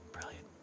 brilliant